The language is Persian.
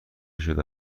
شده